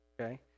Okay